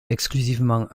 exclusivement